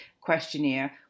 questionnaire